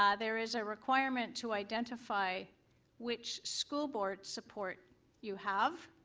um there is a requirement to identify which school board support you have,